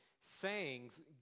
sayings